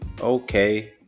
okay